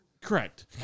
Correct